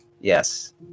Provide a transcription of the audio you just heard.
Yes